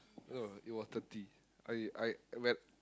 oh it was thirty I I when